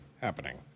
happening